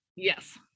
Yes